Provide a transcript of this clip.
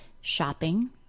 shopping